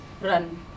run